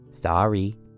Sorry